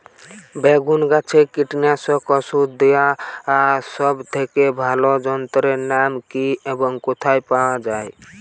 বেগুন গাছে কীটনাশক ওষুধ দেওয়ার সব থেকে ভালো যন্ত্রের নাম কি এবং কোথায় পাওয়া যায়?